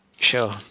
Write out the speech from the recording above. Sure